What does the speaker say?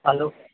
hello